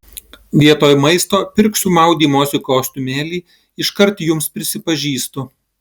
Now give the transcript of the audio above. vietoj maisto pirksiu maudymosi kostiumėlį iškart jums prisipažįstu